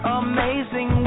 amazing